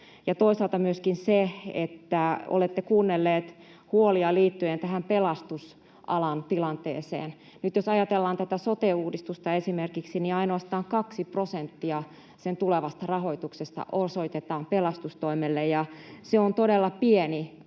toisaalta myöskin siitä, että olette kuunnelleet huolia liittyen tähän pelastusalan tilanteeseen. Nyt jos ajatellaan tätä sote-uudistusta esimerkiksi, niin ainoastaan 2 prosenttia sen tulevasta rahoituksesta osoitetaan pelastustoimelle, ja se on todella pieni